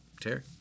Terry